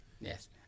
Yes